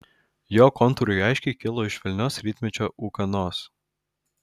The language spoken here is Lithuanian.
jo kontūrai aiškiai kilo iš švelnios rytmečio ūkanos